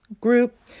group